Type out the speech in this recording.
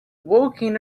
walking